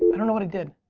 i don't know what i did.